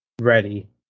ready